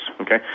Okay